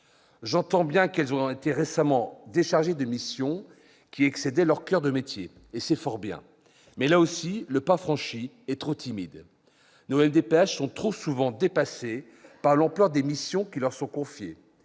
J'entends bien que les MDPH ont récemment été déchargées de missions qui excédaient leur coeur de métier, et c'est fort bien. Mais, là aussi, le pas franchi est trop timide. Nos MDPH sont trop souvent dépassées par l'ampleur des missions qui leur sont confiées,